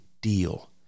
deal